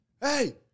hey